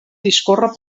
discorre